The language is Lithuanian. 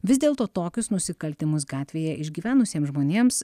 vis dėlto tokius nusikaltimus gatvėje išgyvenusiems žmonėms